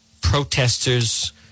protesters